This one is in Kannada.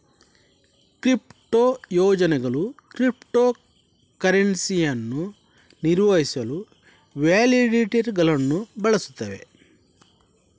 ಕ್ರಿಪ್ಟೋ ಯೋಜನೆಗಳು ಕ್ರಿಪ್ಟೋ ಕರೆನ್ಸಿಯನ್ನು ನಿರ್ವಹಿಸಲು ವ್ಯಾಲಿಡೇಟರುಗಳನ್ನು ಬಳಸುತ್ತವೆ